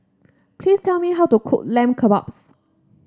please tell me how to cook Lamb Kebabs